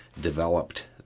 developed